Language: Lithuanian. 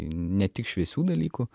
ne tik šviesių dalykų